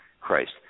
Christ